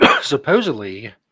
supposedly